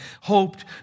hoped